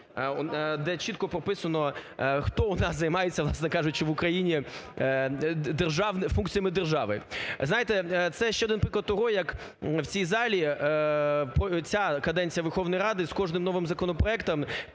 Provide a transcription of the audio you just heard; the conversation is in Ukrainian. де чітко прописано, хто у нас займається, власне кажучи, в Україні держав… функціями держави. Ви знаєте, це ще один приклад того, як в цій залі ця каденція Верховної Ради з кожним новим законопроектом